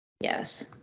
Yes